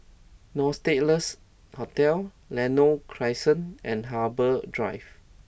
Nostalgia nurse Hotel Lentor Crescent and Harbour Drive